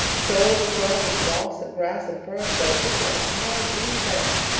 so overgrown with moss and grass and ferns that it looked like a high, green bank.